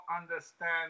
understand